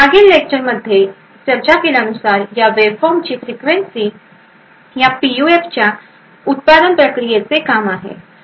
मागील लेक्चर मध्ये चर्चा केल्यानुसार या वेव्हफॉर्मची फ्रिक्वेन्सी या पीयूएफच्या या उत्पादन प्रक्रियेचे काम आहे